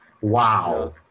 wow